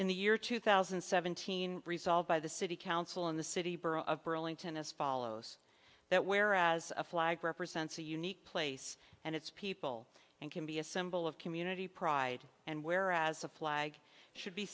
in the year two thousand and seventeen resolved by the city council in the city borough of burlington as follows that whereas a flag represents a unique place and its people and can be a symbol of community pride and whereas a flag should be